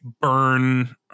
burn